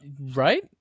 Right